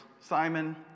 Simon